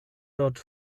dort